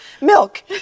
milk